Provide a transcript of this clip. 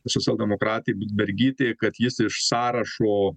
socialdemokratai budbergytė kad jis iš sąrašo